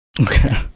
Okay